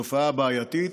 בתופעה בעייתית,